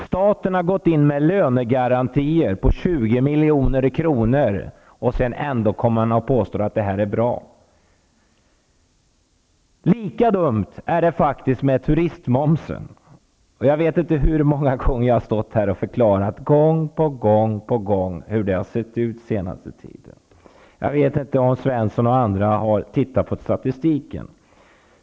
Staten har gått in med lönegarantier på 20 milj.kr. Ändå påstås det att branschen fungerar bra. Lika dumt är det med turistmomsen. Jag vet inte hur många gånger jag har stått här och förklarat gång på gång hur det har sett ut senaste tiden. Jag vet inte om Svenson och andra har tittat på statistiken.